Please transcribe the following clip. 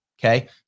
Okay